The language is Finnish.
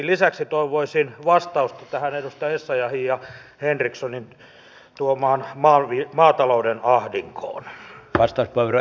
lisäksi toivoisin vastausta tähän edustaja essayahin ja henrikssonin tuomaan maatalouden ahdinkoon